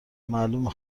معلومه